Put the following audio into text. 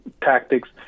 tactics